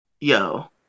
Yo